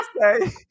say